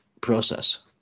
process